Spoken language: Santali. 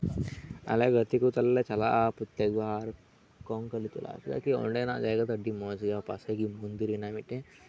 ᱟᱞᱮ ᱜᱟᱛᱮ ᱠᱚ ᱛᱟᱞᱮ ᱞᱮ ᱪᱟᱞᱟᱜᱼᱟ ᱯᱨᱚᱛᱛᱮᱠ ᱵᱟᱨ ᱠᱚᱝᱠᱟᱞᱤᱛᱚᱞᱟ ᱪᱮᱫᱟᱜ ᱥᱮ ᱚᱸᱰᱮᱱᱟᱜ ᱡᱟᱭᱜᱟ ᱫᱚ ᱟᱹᱰᱤ ᱢᱚᱸᱡᱽ ᱜᱮᱭᱟ ᱯᱟᱥᱮ ᱜᱤ ᱢᱚᱱᱫᱤᱨ ᱦᱮᱱᱟᱜᱼᱟ ᱢᱤᱫᱴᱮᱱ